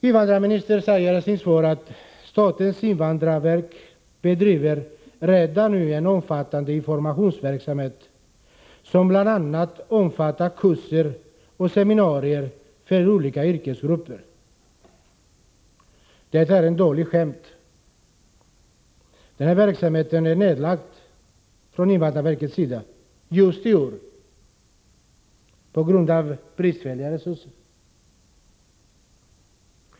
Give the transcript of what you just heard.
Invandrarministern säger i sitt svar att statens invandrarverk redan nu bedriver en omfattande informationsverksamhet, som bl.a. omfattar kurser och seminarier för olika yrkesgrupper. Detta är ett dåligt skämt. Den verksamheten har invandrarverket lagt ner just i år på grund av bristfälliga resurser.